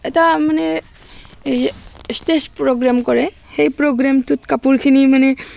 এটা মানে এই ষ্টেজ প্ৰগ্ৰেম কৰে সেই প্ৰগ্ৰেমটোত কাপোৰখিনি মানে